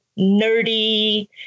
nerdy